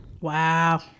Wow